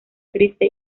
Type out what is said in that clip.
triste